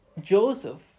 Joseph